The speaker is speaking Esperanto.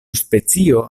specio